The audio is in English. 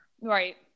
Right